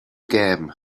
gêm